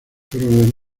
fueron